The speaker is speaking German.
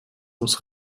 muss